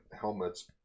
helmets